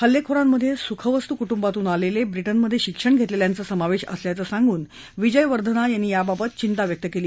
हल्लेखोरांमधे सुखवस्तू कुटुंबातून आलेले ब्रिटनमधे शिक्षण घेतलेल्यांचा समावेश असल्याचं सांगून विजेवर्देना यांनी याबाबत चिंता व्यक्त केली